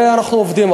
אנחנו עובדים,